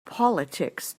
politics